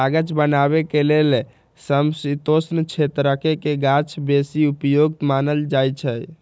कागज बनाबे के लेल समशीतोष्ण क्षेत्रके गाछके बेशी उपयुक्त मानल जाइ छइ